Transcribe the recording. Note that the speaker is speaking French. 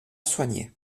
soigner